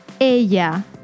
Ella